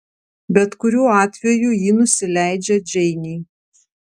bet kuriuo atveju ji nusileidžia džeinei